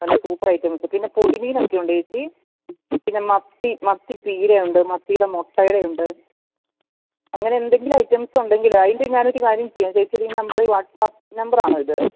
നല്ല super items പിന്നെ പൊടി മീനൊക്കെയുണ്ട് ചേച്ചി പിന്നെ മത്തി മത്തി പീരയുണ്ട് മത്തീടെ മുട്ടയുടെയുണ്ട് അങ്ങനെ എന്തെങ്കിലും ഐറ്റംസ് ഉണ്ടെങ്കിൽ അതിൻ്റെ ഞാനൊരു കാര്യം ചെയ്യാം ചേച്ചീടെ ഈ നമ്പറിൽ വാട്സ്ആപ്പ് നമ്പറാണോ ഇത്